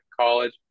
college